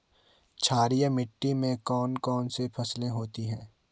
क्षारीय मिट्टी में कौन कौन सी फसलें होती हैं?